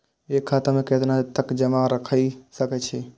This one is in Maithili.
एक खाता में केतना तक जमा राईख सके छिए?